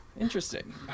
Interesting